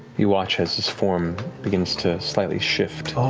you watch as his form beings to slightly shift.